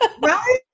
right